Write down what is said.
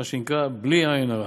מה שנקרא, בלי עין הרע.